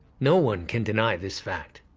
no one can deny this fact.